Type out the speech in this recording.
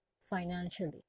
financially